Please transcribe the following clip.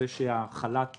שהחל"ת